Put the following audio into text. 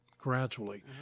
gradually